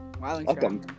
welcome